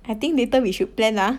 I think later we should plan ah